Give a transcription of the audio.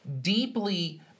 deeply